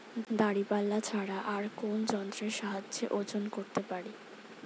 দাঁড়িপাল্লা ছাড়া আর কোন যন্ত্রের সাহায্যে ওজন করতে পারি?